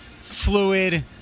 fluid